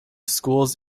schools